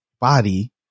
body